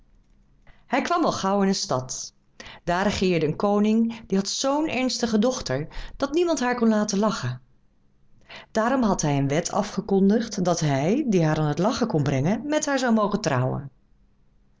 hij kwam al gauw in een stad daar regeerde een koning die had z'n ernstige dochter dat niemand haar kon laten lachen daarom had hij een wet afgekondigd dat hij die haar aan het lachen kon brengen met haar zou mogen trouwen